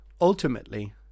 ultimately